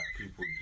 people